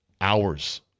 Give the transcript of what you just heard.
hours